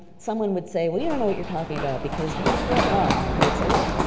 someone would say, well you don't know what you're talking about because blah, blah, blah, and i would say well,